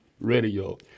radio